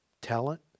talent